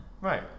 Right